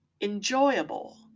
enjoyable